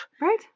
right